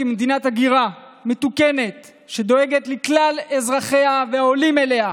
כמדינת הגירה מתוקנת שדואגת לכלל אזרחיה ולעולים אליה,